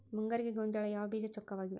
ಮುಂಗಾರಿಗೆ ಗೋಂಜಾಳ ಯಾವ ಬೇಜ ಚೊಕ್ಕವಾಗಿವೆ?